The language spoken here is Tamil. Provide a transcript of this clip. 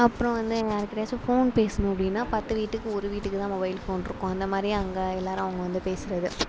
அப்புறம் வந்து யார் கூடயாச்சும் ஃபோன் பேசணும் அப்படின்னா பத்து வீட்டுக்கு ஒரு வீட்டுக்கு தான் மொபைல் ஃபோன் இருக்கும் அந்தமாதிரி அங்கே எல்லாரும் அங்கே வந்து பேசுறது